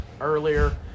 earlier